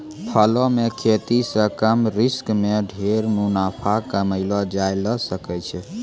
फलों के खेती सॅ कम रिस्क मॅ ढेर मुनाफा कमैलो जाय ल सकै छै